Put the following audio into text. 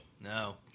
no